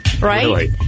right